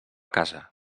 casa